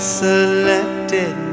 selected